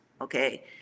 Okay